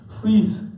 please